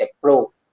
Pro